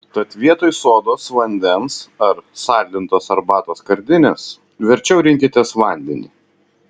tad vietoj sodos vandens ar saldintos arbatos skardinės verčiau rinkitės vandenį